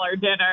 dinner